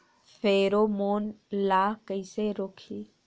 Pheromone ला कइसे रोकही?